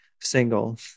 single